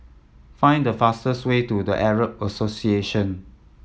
find the fastest way to The Arab Association